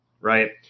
Right